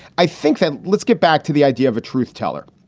i think that let's get back to the idea of a truth teller.